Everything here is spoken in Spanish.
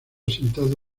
sentado